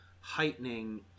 heightening